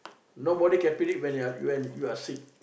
nobody can predict when you're when you are sick